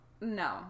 No